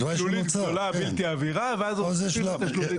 שלולית גדולה בלתי עבירה ואז צריך לעקוף אותה.